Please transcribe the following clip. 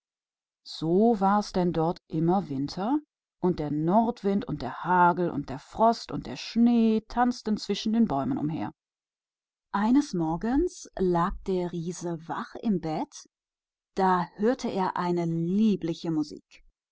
so war es da immer winter und der nordwind und der hagel und der frost und der schnee tanzten um die bäume eines morgens lag der riese wach im bette als er eine liebliche musik